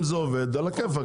אם זה עובד על הכיפאק,